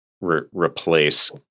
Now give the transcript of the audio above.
replace